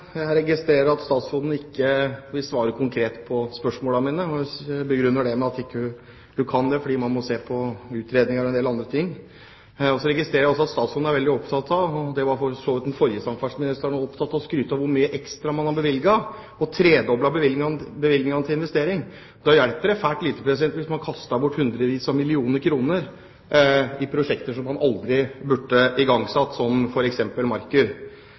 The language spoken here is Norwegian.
Jeg registrerer at statsråden ikke vil svare konkret på spørsmålene mine. Hun begrunner det med at hun ikke kan det fordi man må se på utredninger og en del andre ting. Jeg registrerer også at statsråden er veldig opptatt av – og det var for så vidt også den forrige samferdselsministeren – å skryte av hvor mye ekstra man har bevilget, og tredoblet bevilgningene til investering, men det hjelper svært lite hvis man kaster bort hundrevis av millioner kroner i prosjekter som man aldri burde igangsatt, som